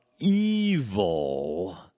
evil